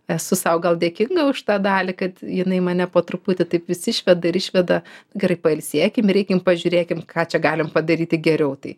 esu sau gal dėkinga už tą dalį kad jinai mane po truputį taip vis išveda ir išveda gerai pailsėkim ir eikim pažiūrėkim ką čia galim padaryti geriau tai